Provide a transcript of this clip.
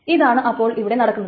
ഇതാണ് അപ്പോൾ ഇവിടെ നടക്കുന്നത്